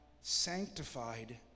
sanctified